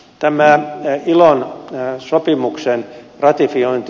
tämä ilon sopimuksen ratifiointi